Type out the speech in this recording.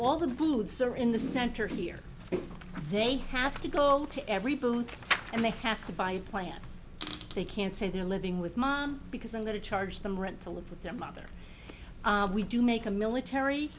all the food served in the center here they have to go to everybody and they have to buy a plan they can't say they're living with mom because i'm going to charge them rent to live with their mother we do make a military